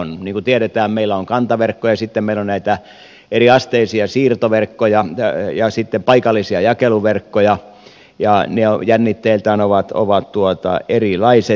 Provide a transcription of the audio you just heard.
niin kuin tiedetään meillä on kantaverkkoja ja sitten meillä on näitä eriasteisia siirtoverkkoja ja sitten paikallisia jakeluverkkoja ja ne jännitteiltään ovat erilaiset